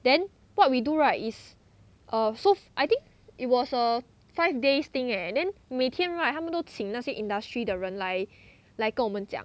then what we do right is a so I think it was a five days thing eh then 每天 right 他们都请那些 industry 的人来来跟我们讲